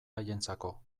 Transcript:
haientzako